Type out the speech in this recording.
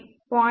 9 0